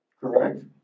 Correct